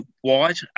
white